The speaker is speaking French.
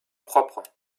propres